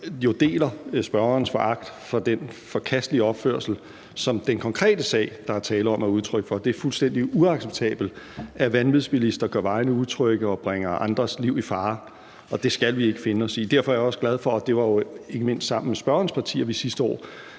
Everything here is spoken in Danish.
jo deler spørgerens foragt for den forkastelige opførsel, som den konkrete sag, der er tale om, er udtryk for. Det er fuldstændig uacceptabelt, at vanvidsbilister gør vejene utrygge og bringer andres liv i fare. Det skal vi ikke finde os i. Derfor er jeg også glad for, at vi sidste år – og det var jo ikke mindst sammen med spørgerens parti – fik